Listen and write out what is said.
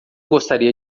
gostaria